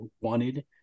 wanted